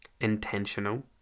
intentional